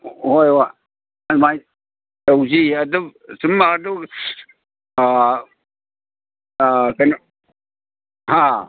ꯍꯣꯏ ꯍꯣꯏ ꯑꯗꯨꯃꯥꯏ ꯇꯧꯁꯤ ꯑꯗꯨꯝ ꯁꯨꯝ ꯑꯗꯨ ꯀꯩꯅꯣ ꯍꯥ